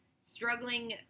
struggling